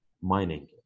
mining